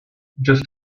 just